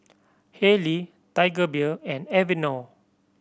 Haylee Tiger Beer and Aveeno